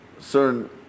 certain